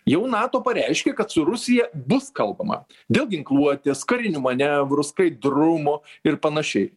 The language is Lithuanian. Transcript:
jau nato pareiškė kad su rusija bus kalbama dėl ginkluotės karinių manevrų skaidrumo ir panašiai